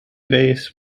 base